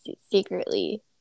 secretly